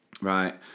Right